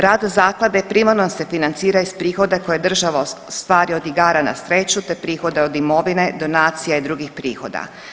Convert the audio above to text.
Rad zaklade primarno se financira iz prihoda koje država ostvari od igara na sreću, te prihoda od imovine, donacija i drugih prihoda.